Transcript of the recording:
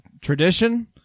tradition